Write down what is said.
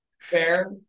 fair